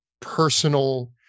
personal